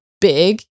big